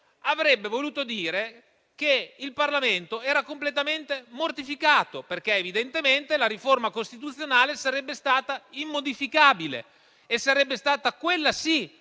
avrebbe voluto dire che il Parlamento era completamente mortificato, perché evidentemente la riforma costituzionale sarebbe stata immodificabile. Quella, sì,